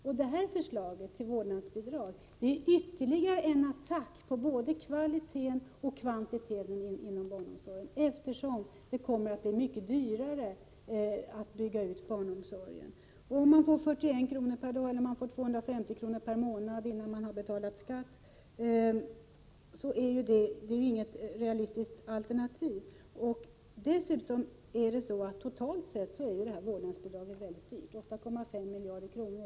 Eftersom det kommer att bli mycket dyrare att bygga ut barnomsorgen, är ett vårdnadsbidrag en ytterligare attack på både kvalitet och kvantitet inom barnomsorgen. Att få 41 kr. per dag eller 250 kr. per månad före skatt är inget realistiskt alternativ. Totalt sett är vårdnadsbidraget mycket dyrt — 8,5 miljarder kronor.